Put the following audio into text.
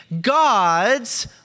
God's